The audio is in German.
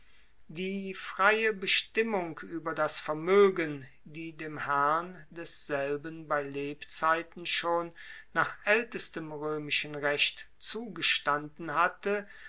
die freie bestimmung ueber das vermoegen die dem herrn desselben bei lebzeiten schon nach aeltestem roemischen recht zugestanden hatte